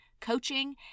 coaching